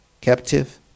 captive